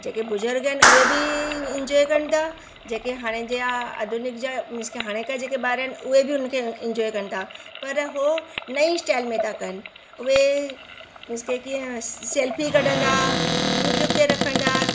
जेके बुजुर्ग आहिनि उहे बि इंजॉए कनि था जेके हाणे जा आधुनिक जा मींस के हाणे जा जेके ॿार आहिनि उहे बि उनखे इंजॉए कनि था पर उहो नई स्टाइल मे था कनि उहे मींस के की सेल्फी कढनि था यूट्यूब ते रखन था